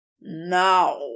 Now